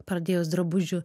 pradėjus drabužių